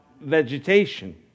vegetation